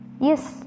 Yes